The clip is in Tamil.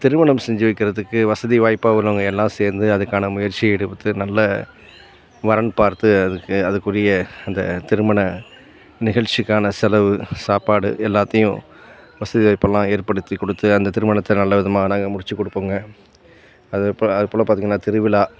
திருமணம் செஞ்சு வைக்கிறதுக்கு வசதி வாய்ப்பாக உள்ளவங்க எல்லாம் சேர்ந்து அதுக்கான முயற்சி எடுத்து நல்ல வரன் பார்த்து அதுக்கு அதுக்குரிய அந்தத் திருமண நிகழ்ச்சிக்கான செலவு சாப்பாடு எல்லாத்தையும் வசதி வாய்ப்பெல்லாம் ஏற்படுத்திக் கொடுத்து அந்தத் திருமணத்தை நல்ல விதமாக நாங்கள் முடித்துக் கொடுப்போங்க அது இப்போ அது போல் பார்த்தீங்கன்னா திருவிழா